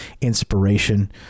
inspiration